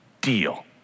deal